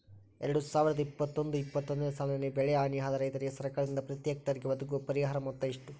ಎರಡು ಸಾವಿರದ ಇಪ್ಪತ್ತು ಇಪ್ಪತ್ತೊಂದನೆ ಸಾಲಿನಲ್ಲಿ ಬೆಳೆ ಹಾನಿಯಾದ ರೈತರಿಗೆ ಸರ್ಕಾರದಿಂದ ಪ್ರತಿ ಹೆಕ್ಟರ್ ಗೆ ಒದಗುವ ಪರಿಹಾರ ಮೊತ್ತ ಎಷ್ಟು?